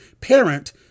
parent